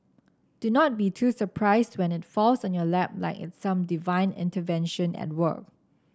do not be too surprised when it falls on your lap like it's some divine intervention at work